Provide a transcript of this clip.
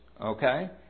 Okay